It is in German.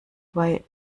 bei